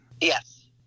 Yes